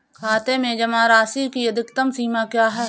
खाते में जमा राशि की अधिकतम सीमा क्या है?